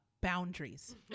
boundaries